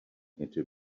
into